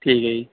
ਠੀਕ ਹੈ ਜੀ